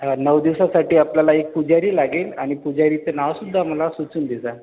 हां नऊ दिवसांसाठी आपल्याला एक पुजारी लागेल आणि पुजारीचं नावसुद्धा मला सुचवून देजा